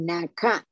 Naka